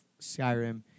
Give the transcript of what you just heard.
Skyrim